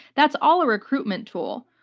that's all a recruitment tool.